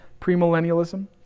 premillennialism